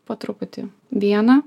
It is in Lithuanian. po truputį vieną